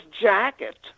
jacket